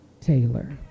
Taylor